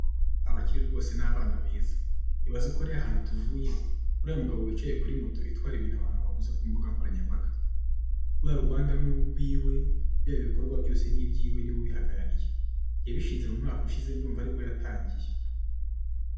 Abakire rwose ni abana beza. Ibaze ko ari ahantu tuvuye, uriya mugabo wicaye kuri moto, itwaye ibintu abantu baguze ku mbuga nkoranyambaga, ruriya ruganda no urwiwe, biriya bikorwa byose no iby'iwe niwe ubihagarariye, yabishinze mu mwaka ushize, ndumva aribwo yatangiye.